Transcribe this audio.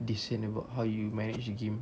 they sian about how you manage the game